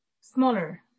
smaller